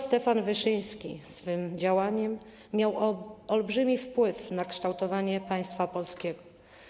Stefan Wyszyński swym działaniem miał olbrzymi wpływ na kształtowanie państwa polskiego.